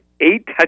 eight